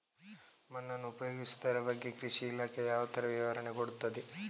ಮಣ್ಣನ್ನು ಉಪಯೋಗಿಸುದರ ಬಗ್ಗೆ ಕೃಷಿ ಇಲಾಖೆ ಯಾವ ತರ ವಿವರಣೆ ಕೊಡುತ್ತದೆ?